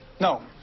no